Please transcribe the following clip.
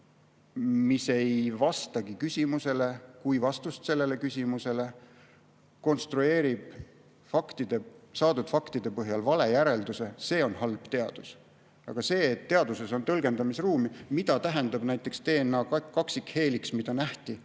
ei vasta küsimusele, kui vastust sellele küsimusele, konstrueerib saadud faktide põhjal vale järelduse. See on halb teadus. Aga see, et teaduses on tõlgendamisruumi … Mida tähendab näiteks DNA kaksikheeliks, mida nähti?